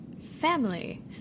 Family